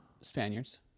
Spaniards